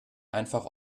einfach